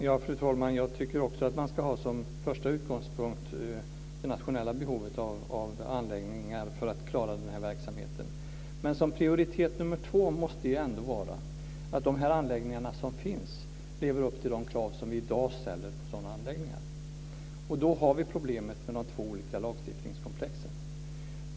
Fru talman! Jag tycker också att man ska ha det nationella behovet av anläggningar för att klara den här verksamheten som första utgångspunkt. Men prioritet nummer två måste ju ändå vara att de anläggningar som finns lever upp till de krav som vi ställer i dag på sådana anläggningar. Då har vi problemet med de två olika lagstiftningskomplexen.